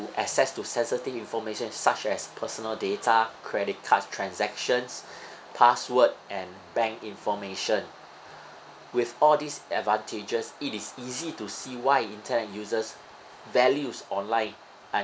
access to sensitive information such as personal data credit card transactions password and bank information with all these advantages it is easy to see why internet users values online